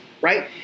right